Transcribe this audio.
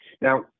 Now